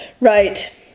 Right